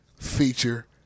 Feature